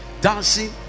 dancing